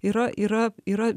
yra yra yra